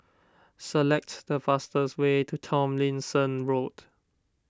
select the fastest way to Tomlinson Road